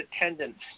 attendance